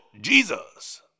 Jesus